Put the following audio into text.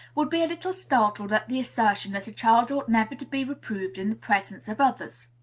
would be a little startled at the assertion that a child ought never to be reproved in the presence of others.